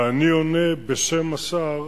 ואני עונה בשם השר